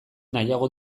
nahiago